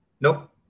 Nope